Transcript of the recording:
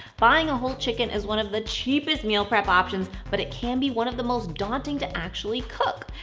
buying a whole chicken is one of the cheapest meal prep options but it can be one of the most daunting to actually cook.